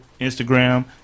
Instagram